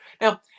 Now